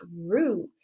root